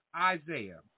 Isaiah